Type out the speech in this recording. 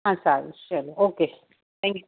હાં સારું ચલો ઓકે થેન્ક યુ